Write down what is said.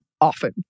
often